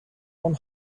one